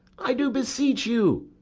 i do beseech you.